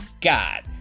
God